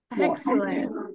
Excellent